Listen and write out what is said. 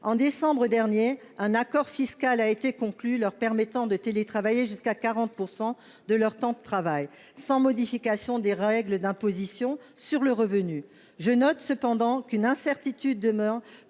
En décembre dernier, un accord fiscal a été conclu, leur permettant de télétravailler jusqu'à 40 % de leur temps de travail, sans modification des règles d'imposition sur le revenu. Je note cependant qu'une incertitude demeure